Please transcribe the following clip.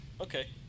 Okay